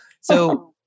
So-